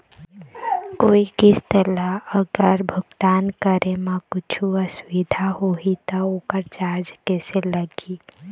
कोई किस्त ला अगर भुगतान करे म कुछू असुविधा होही त ओकर चार्ज कैसे लगी?